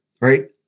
right